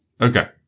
Okay